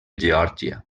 geòrgia